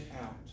out